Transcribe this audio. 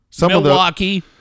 Milwaukee